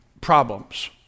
problems